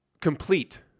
complete